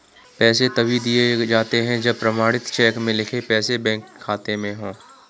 पैसे तभी दिए जाते है जब प्रमाणित चेक में लिखे पैसे बैंक खाते में हो